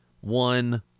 one